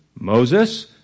Moses